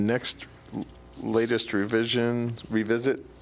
next latest revision revisit